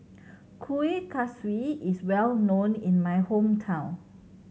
Kuih Kaswi is well known in my hometown